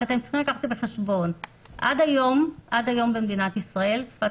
רק אתם צריכים להביא בחשבון שעד היום במדינת ישראל שפת